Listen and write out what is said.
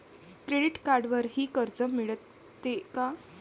Credit कार्डवरही कर्ज मिळते का?